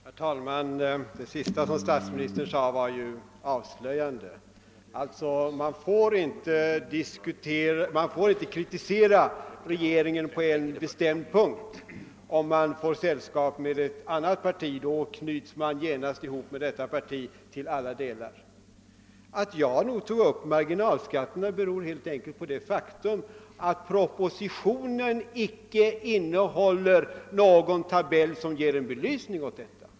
Herr talman! Det som statsministern nu sade var avslöjande. Om man kritiserar regeringen på en bestämd punkt och därvid får sällskap med någon från ett annat parti knyts man genast ihop med det partiet till alla delar. Att jag nu tog upp frågan om marginalskatterna beror helt enkelt på det faktum att propositionen icke innehåller någon tabell som belyser dessa skattesatser.